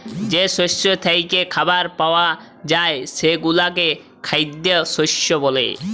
যে শস্য থ্যাইকে খাবার পাউয়া যায় সেগলাকে খাইদ্য শস্য ব্যলে